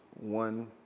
one